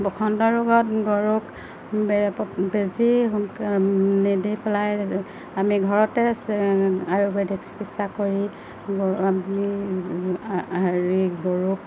বসন্ত ৰোগত গৰুক বে বেজি নিদি পেলাই আমি ঘৰতে চ আয়ুৰ্বেদিক চিকিৎসা কৰি আমি হেৰি গৰুক